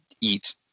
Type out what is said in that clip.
eat